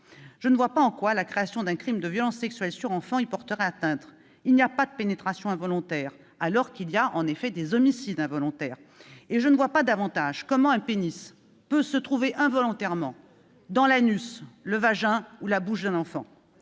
je ne vois pas en quoi la création d'un crime de violences sexuelles sur enfant y porterait atteinte. Il n'y a pas de pénétration involontaire, alors qu'il y a, en effet, des homicides involontaires. Je ne vois pas davantage comment un pénis peut se trouver involontairement dans l'anus, le vagin ou la bouche d'un enfant.